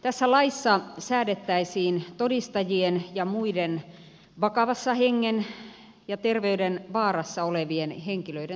tässä laissa säädettäisiin todistajien ja muiden vakavassa hengen ja terveyden vaarassa olevien henkilöiden suojelemisesta